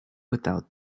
without